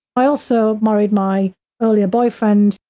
i also married my earlier boyfriend,